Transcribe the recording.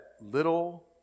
little